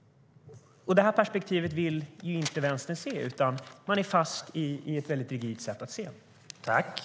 Detta perspektiv vill inte Vänstern se, utan man är fast i ett rigitt synsätt.